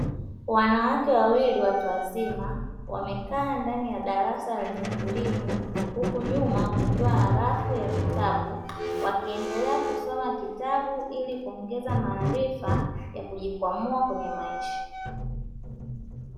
Wanawake wawili watu wazima wamekaa ndani ya darasa lenye utulivu huku nyuma kukiwa na rafu ya vitabu, wakiendelea kusoma kitabu ili kuongeza maarifa ya kujikwamua kwenye maisha.